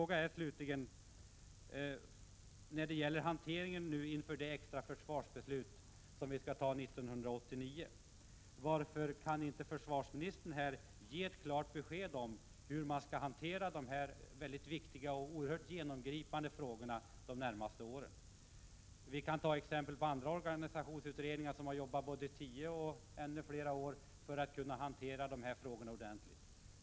Jag vill slutligen ställa en fråga när det gäller hanteringen av vissa spörsmål inför det försvarsbeslut som vi skall fatta 1989: Varför kan inte försvarsministern ge ett klart besked om hur dessa mycket viktiga och genomgripande frågor skall hanteras de närmaste åren? Vi kan ta exempel som visar att andra organisationsutredningar har jobbat i både tio år och mer för att vi skall kunna hantera de här frågorna ordentligt.